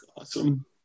awesome